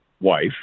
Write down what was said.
wife